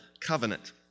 covenant